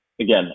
Again